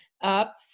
up